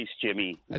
Jimmy